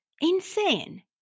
Insane